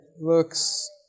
looks